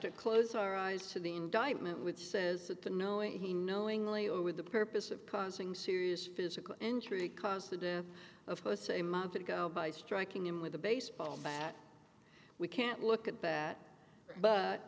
to close our eyes to the indictment which says that the knowing that he knowingly or with the purpose of causing serious physical injury caused the death of posts a month ago by striking him with a baseball bat we can't look at bat but